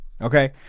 Okay